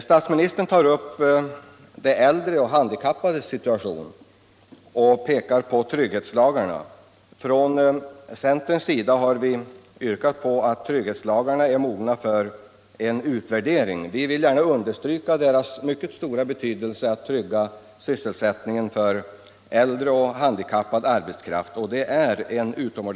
Statsministern tar upp de äldres och de handikappades situation och pekar på trygghetslagarna. Från centerns sida har vi pekat på att trygghetslagarna är mogna för en utvärdering. Vi vill gärna understryka deras mycket stora betydelse för att trygga sysselsättningen för äldre och handikappad arbetskraft.